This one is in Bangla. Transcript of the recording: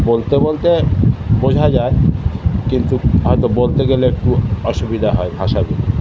বলতে বলতে বোঝা যায় কিন্তু হয়তো বলতে গেলে একটু অসুবিধা হয় ভাষাগুলো